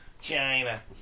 China